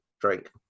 drink